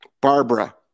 Barbara